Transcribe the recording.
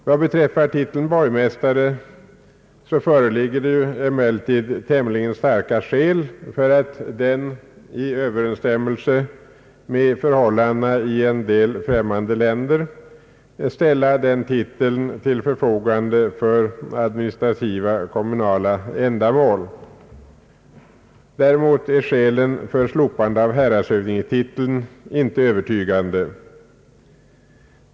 Vad beträffar titeln borgmästare föreligger emellertid starka skäl för att, i överensstämmelse med förhållandena i en del främmande länder, ställa den titeln till förfogande för administrativa kommunala ändamål. Däremot är skälen för slopande av häradshövdingetiteln inte övertygande.